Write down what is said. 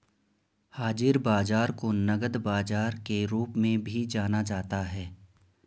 हाज़िर बाजार को नकद बाजार के रूप में भी जाना जाता है